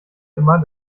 immer